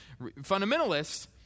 Fundamentalists